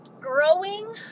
growing